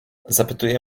zapytuje